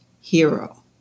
hero